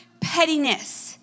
pettiness